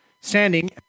standing